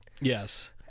Yes